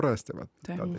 rastumėt ten